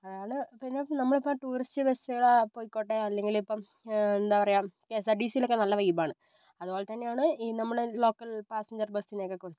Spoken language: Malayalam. അതാണ് പിന്നെ നമ്മൾ ഇപ്പം ടൂറിസ്റ്റ് ബസ്സിൽ പൊയ്ക്കോട്ടെ അല്ലെങ്കിൽ ഇപ്പം എന്താ പറയുക കെ എസ് ആർ ടി സിയിൽ ഒക്കെ നല്ല വൈബ് ആണ് അതുപോലെ തന്നെയാണ് ഈ നമ്മുടെ ലോക്കൽ പാസഞ്ചർ ബസ്സിനെ ഒക്കെ കുറിച്ച്